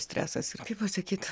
stresas ir kaip pasakyt